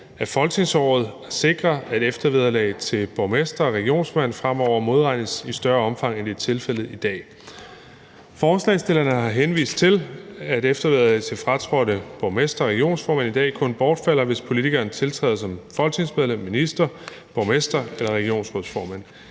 af folketingsåret at sikre, at eftervederlag til borgmestre og regionsrådsformænd fremover modregnes i større omfang, end det er tilfældet i dag. Forslagsstillerne har henvist til, at eftervederlag til fratrådte borgmestre og regionsrådsformænd i dag kun bortfalder, hvis politikeren tiltræder som folketingsmedlem, minister, borgmester eller regionsrådsformand.